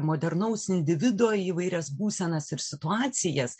modernaus individo įvairias būsenas ir situacijas